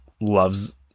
loves